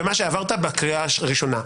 בוועדה הזאת, בוועדה שהזכרת בנושא חוק-יסוד: